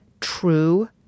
true